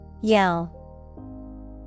yell